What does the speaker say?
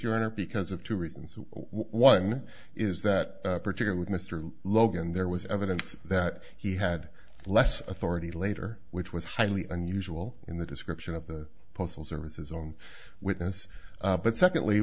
honor because of two reasons one is that particular with mr logan there was evidence that he had less authority later which was highly unusual in the description of the postal service his own witness but secondly